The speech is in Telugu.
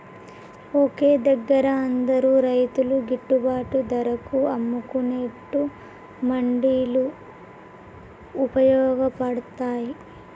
ఒకే దగ్గర అందరు రైతులు గిట్టుబాటు ధరకు అమ్ముకునేట్టు మండీలు వుపయోగ పడ్తాయ్